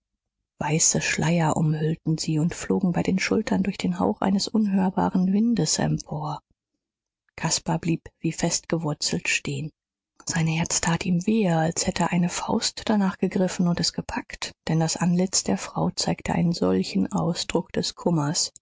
weiße schleier umhüllten sie und flogen bei den schultern durch den hauch eines unhörbaren windes empor caspar blieb wie festgewurzelt stehen sein herz tat ihm wehe als hätte eine faust danach gegriffen und es gepackt denn das antlitz der frau zeigte einen solchen ausdruck des kummers